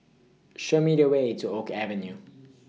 Show Me The Way to Oak Avenue